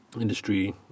industry